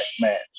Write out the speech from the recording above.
match